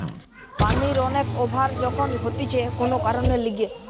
পানির অনেক অভাব যখন হতিছে কোন কারণের লিগে